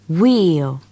wheel